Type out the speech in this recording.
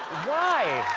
why?